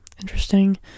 Interesting